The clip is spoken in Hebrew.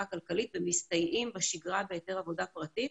הכלכלית ומסתייעים בשגרה בהיתר עבודה פרטית